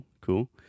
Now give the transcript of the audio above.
Cool